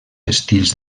estils